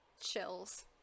chills